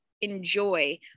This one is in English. Enjoy